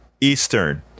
Eastern